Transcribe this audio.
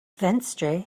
venstre